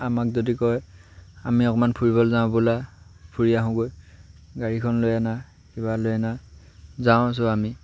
আমাক যদি কয় আমি অকণমান ফুৰিবলৈ যাওঁ ব'লা ফুৰি আহোঁগৈ গাড়ীখন লৈ আনা কিবা লৈ আনা যাওঁ আমি